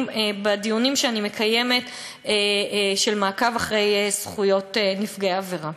בדיונים שאני מקיימת על מעקב אחרי זכויות נפגעי עבירה.